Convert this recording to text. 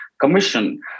commission